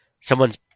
someone's